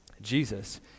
Jesus